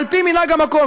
על פי מנהג המקום.